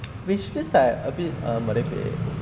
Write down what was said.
wish list like a bit merepek